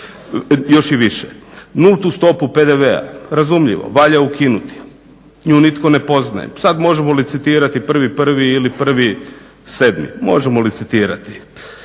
još i više. Nultu stopu PDV-a razumljivo valja ukinuti. Nju nitko ne poznaje. Sad možemo licitirati 1.01. ili 1.07., možemo licitirati.